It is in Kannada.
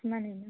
ಮನೆನಾ